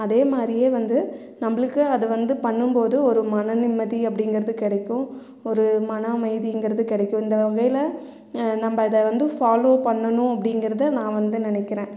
அதேமாதிரியே வந்து நம்மளுக்கு அது வந்து பண்ணும்போது ஒரு மன நிம்மதி அப்டிங்கிறது கிடைக்கும் ஒரு மன அமைதிங்கிறது கிடைக்கும் இந்த வேலை நம்ம அதை வந்து ஃபாலோ பண்ணணும் அப்டிங்கிறத நான் வந்து நெனைக்கிறேன்